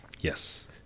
Yes